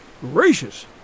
Gracious